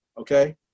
okay